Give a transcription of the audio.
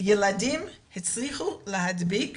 ילדים הצליחו להדביק